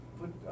put